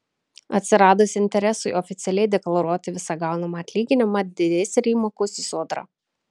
atsiradus interesui oficialiai deklaruoti visą gaunamą atlyginimą didės ir įmokos į sodrą